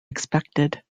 expected